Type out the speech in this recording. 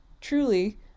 truly